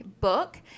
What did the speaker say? book